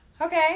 Okay